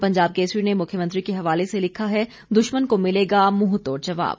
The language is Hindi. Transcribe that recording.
पंजाब केसरी मुख्यमंत्री के हवाले से लिखा है दुश्मन को मिलेगा मुंह तोड़ जवाब